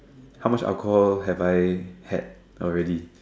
how much alcohol have I had already